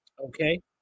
Okay